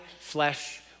flesh